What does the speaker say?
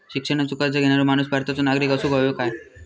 शिक्षणाचो कर्ज घेणारो माणूस भारताचो नागरिक असूक हवो काय?